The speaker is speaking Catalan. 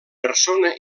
persona